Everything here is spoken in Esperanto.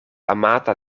amata